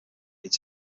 aids